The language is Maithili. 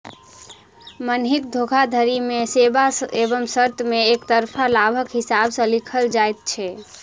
बन्हकी धोखाधड़ी मे सेवा एवं शर्त मे एकतरफा लाभक हिसाब सॅ लिखल जाइत छै